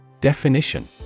Definition